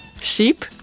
Sheep